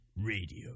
Radio